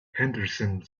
henderson